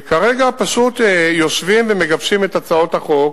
וכרגע פשוט יושבים ומגבשים את הצעות החוק